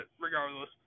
regardless